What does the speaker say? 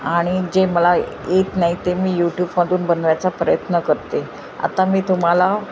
आणि जे मला येत नाही ते मी यूट्यूबमधून बनवायचा प्रयत्न करते आता मी तुम्हाला